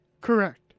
Correct